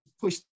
push